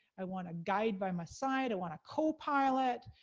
i want a guide by my side, i want a co-pilot.